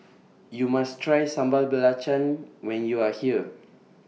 YOU must Try Sambal Belacan when YOU Are here